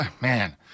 Man